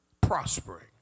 prospering